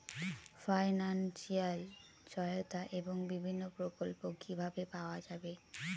Financial সহায়তা এবং বিভিন্ন প্রকল্প কিভাবে পাওয়া যাবে?